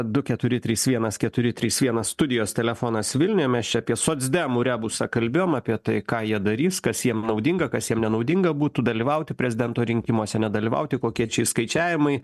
du keturi trys vienas keturi trys vienas studijos telefonas vilniuje mes čia apie socdemų rebusą kalbėjom apie tai ką jie darys kas jiem naudinga kas jiem nenaudinga būtų dalyvauti prezidento rinkimuose nedalyvauti kokie čia išskaičiavimai